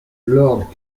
lord